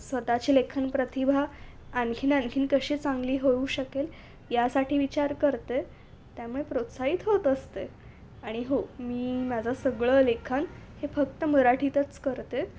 स्वत ची लेखन प्रतिभा आणखीन आणखीन कशी चांगली होऊ शकेल यासाठी विचार करते त्यामुळे प्रोत्साहित होत असते आणि हो मी माझं सगळं लेखन हे फक्त मराठीतच करते